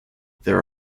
there